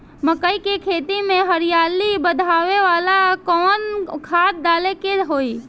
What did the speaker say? मकई के खेती में हरियाली बढ़ावेला कवन खाद डाले के होई?